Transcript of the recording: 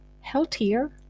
healthier